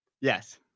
Yes